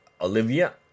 Olivia